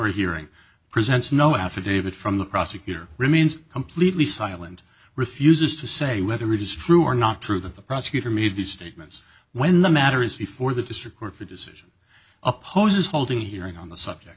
hearing presents no affidavit from the prosecutor remains completely silent refuses to say whether it is true or not true that the prosecutor made the statements when the matter is before the district court for decision opposes holding a hearing on the subject